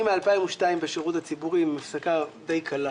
תראו, אני מ-2002 בשירות הציבורי עם הפסקה די קלה,